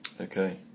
Okay